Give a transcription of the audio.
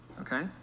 okay